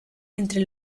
entre